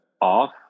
off